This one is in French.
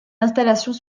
installations